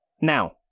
Now